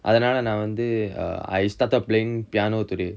அதுனால நா வந்து:athunaala naa vanthu I started playing piano today